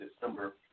December